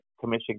commission